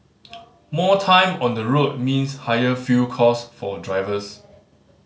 more time on the road means higher fuel cost for drivers